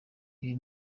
ibi